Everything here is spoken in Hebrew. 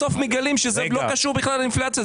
בסוף מגלים שזה לא קשור לאינפלציה,